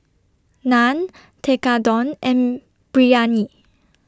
Naan Tekkadon and Biryani